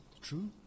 true